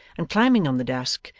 and climbing on the desk,